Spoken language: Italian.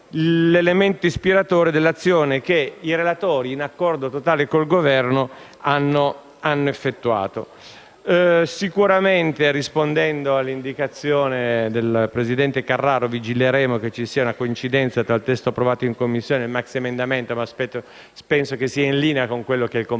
l'elemento ispiratore dell'azione che i relatori, in accordo totale con il Governo, hanno effettuato. Rispondendo all'indicazione del presidente Carraro, vigileremo che ci sia una coincidenza tra il testo approvato in Commissione e il maxiemendamento, ma penso che ciò sia in linea con il comportamento